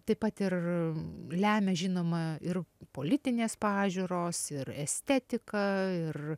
taip pat ir lemia žinoma ir politinės pažiūros ir estetika ir